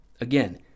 again